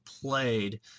played